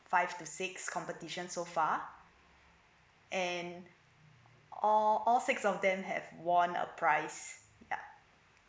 five to six competition so far and all all six of them have won a prize yup